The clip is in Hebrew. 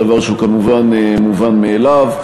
דבר שהוא כמובן מובן מאליו.